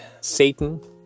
satan